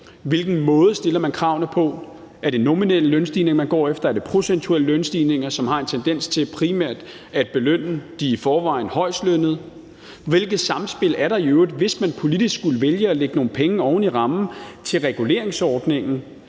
hvilken måde man stiller kravene på. Er det nominelle lønstigning, man går efter, er det procentuelle lønstigninger, som har en tendens til primært at belønne de i forvejen højstlønnede? Hvilket samspil er der i øvrigt, hvis man politisk skulle vælge at lægge nogle penge oven i rammen til reguleringsordningen?